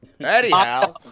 Anyhow